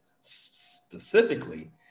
specifically